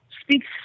speaks